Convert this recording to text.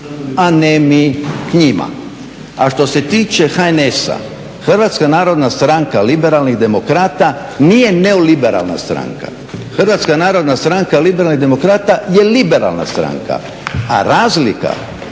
a ne mi k njima. A što se tiče HNS-a, Hrvatska narodna stranka liberalnih demokrata nije neoliberalna stranka. Hrvatska narodna stranka liberalnih demokrata je liberalna stranka, a razlika